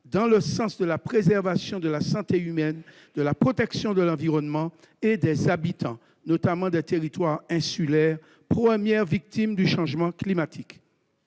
dans le sens de la préservation de la santé humaine, de la protection de l'environnement et des habitants, notamment ceux des territoires insulaires, premières victimes du changement climatique.